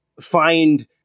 find